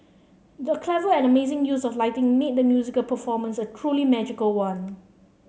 the clever and amazing use of lighting made the musical performance a truly magical one